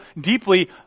deeply